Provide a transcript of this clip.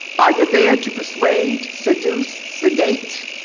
are you there to persuade, seduce, sedate,